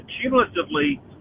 cumulatively